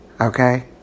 okay